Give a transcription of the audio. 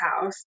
house